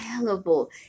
available